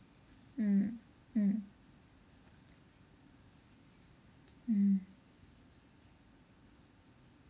mm hmm mm